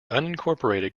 unincorporated